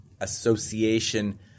association